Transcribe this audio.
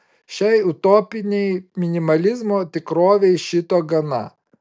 šiai utopinei minimalizmo tikrovei šito gana